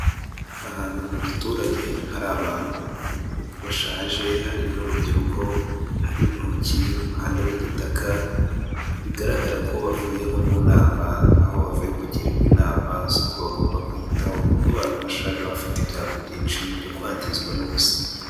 Ahantu mu giturage hari abantu bashaje, hari n'urubyiruko, hari intoki, umuhanda w'igitaka bigaragara ko bavuye nko mu nama aho bavuye kugirirwa inama z'uko bagomba kwiyitaho kuko abantu bashaje baba bafite ibyago byinshi byo kwangizwa n'ubusa.